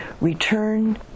return